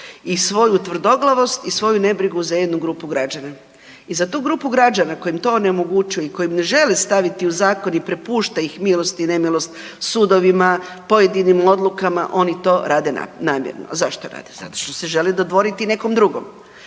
i svoju tvrdoglavost i svoju nebrigu za jednu grupu građana. I za tu grupu građana koja im to ne omogućuje i ne žele staviti u zakon i prepušta ih na milost i nemilost sudovima pojedinim odlukama oni to rade namjerno. Zašto rade? Zato što se žele dodvoriti nekom drugom.